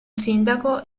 sindaco